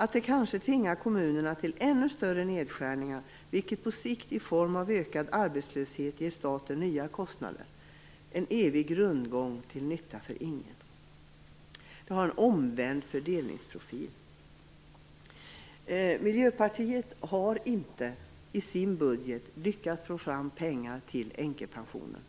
Att det kanske tvingar kommunerna till ännu större nedskärningar, vilket på sikt ger staten nya kostnader i form av arbetslöshet är en evig rundgång till ingen nytta för någon. Det ger en omvänd fördelningsprofil. Vi i Miljöpartiet har inte lyckats att få fram pengar till änkepensionen